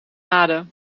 nomade